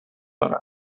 دارن